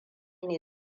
ne